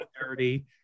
dirty